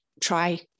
try